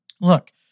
Look